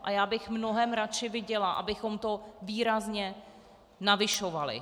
A já bych mnohem radši viděla, abychom to výrazně navyšovali.